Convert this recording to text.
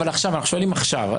אבל עכשיו, אנחנו שואלים עכשיו.